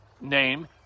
name